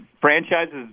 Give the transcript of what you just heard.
franchises